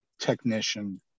technician